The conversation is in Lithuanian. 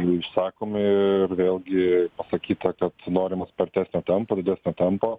išsakomi ir vėlgi pasakyta kad norima spartesnio tempo didesnio tempo